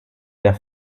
der